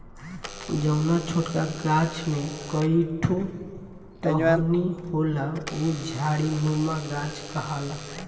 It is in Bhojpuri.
जौना छोटका गाछ में कई ठो टहनी होला उ झाड़ीनुमा गाछ कहाला